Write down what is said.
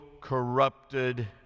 corrupted